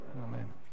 Amen